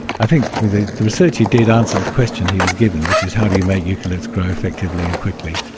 i think the the research he did answered the question he was given, which is how do you make eucalypts grow effectively and quickly.